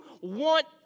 want